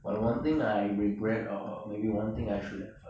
but one thing I regret or maybe one thing I should have uh